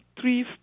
three